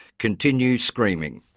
continue screaming.